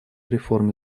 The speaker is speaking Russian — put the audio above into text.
реформе